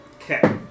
Okay